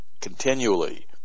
continually